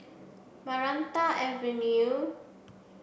Maranta Avenue